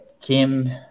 Kim